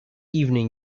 evening